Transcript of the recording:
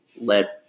let